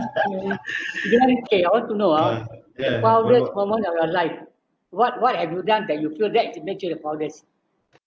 okay I want to know ah proudest moment of your life what what have you done that is makes you the proudest